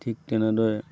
ঠিক তেনেদৰে